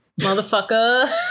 motherfucker